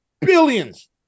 billions